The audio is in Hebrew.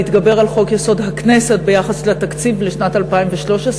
2009 עד 2012 ולהתגבר על חוק-יסוד: הכנסת ביחס לתקציב לשנת 2013,